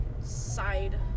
side